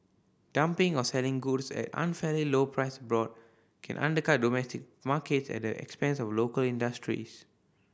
dumping or selling goods at unfairly low price abroad can undercut domestic markets at the expense of local industries